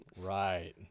Right